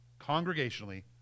congregationally